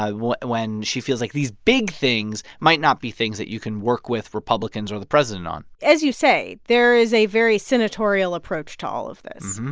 ah when she feels like these big things might not be things that you can work with republicans or the president on as you say, there is a very senatorial approach to all of this.